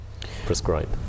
prescribe